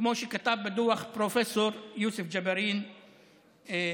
כמו שכתב בדוח פרופ' יוסף ג'בארין במאמרו.